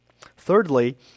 Thirdly